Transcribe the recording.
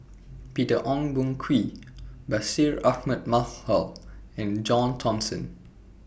Peter Ong Boon Kwee Bashir Ahmad Mallal and John Thomson